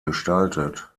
gestaltet